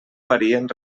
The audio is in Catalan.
varien